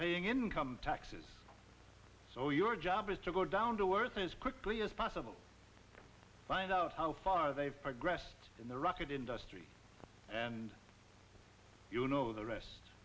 paying income taxes so your job is to go down to earth as quickly as possible find out how far they've progressed in the rocket industry and you know the rest